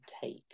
take